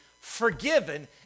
forgiven